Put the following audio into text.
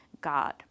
God